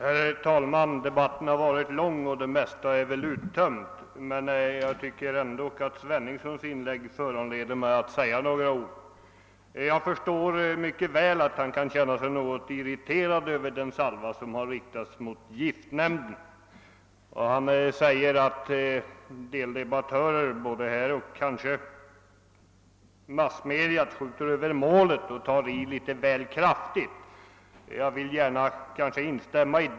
Herr talman! Debatten har varit lång, och det mesta kanske nu är sagt, men herr Henningssons inlägg ger mig ändå anledning att helt kort ta till orda. Jag förstår att herr Henningsson känner sig irriterad över den salva som avlossats mot giftnämnden. Han säger också att en del debattörer, både här och i massmedia, skjuter över målet och tar i alldeles för kraftigt. Det kan jag instämma i.